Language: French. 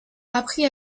apprit